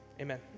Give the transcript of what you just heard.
amen